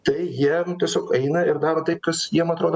tai jie nu tiesiog eina ir daro tai kas jiem atrodo